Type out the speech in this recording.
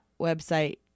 Website